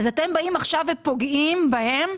אז אתם באים עכשיו ופוגעים בהן?